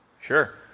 Sure